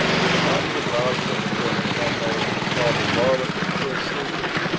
would it not be advisable, suggested bumpo, while the varlet is still sleepy,